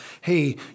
hey